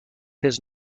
his